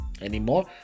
anymore